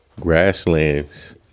grasslands